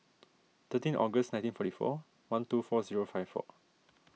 thirteen August nineteen forty four one two four zero five four